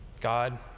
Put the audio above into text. God